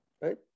right